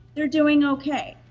they're doing ok.